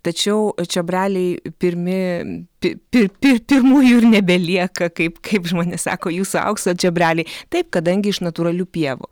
tačiau čiobreliai pirmi pi pi pi pirmųjų ir nebelieka kaip kaip žmonės sako jūsų aukso čiobreliai taip kadangi iš natūralių pievų